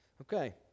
Okay